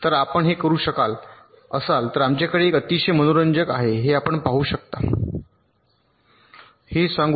तर जर आपण हे करू शकत असाल तर आमच्याकडे एक अतिशय मनोरंजक आहे हे आपण पाहू शकता हे सांगू